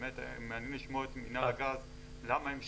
ובאמת מעניין לשמוע את מינהל הגז למה הם שינו את זה.